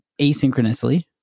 asynchronously